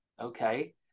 okay